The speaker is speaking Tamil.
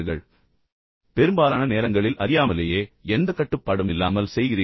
ஆனால் நீங்கள் உண்மையில் அதை பெரும்பாலான நேரங்களில் அறியாமலேயே எந்த கட்டுப்பாடும் இல்லாமல் செய்கிறீர்கள்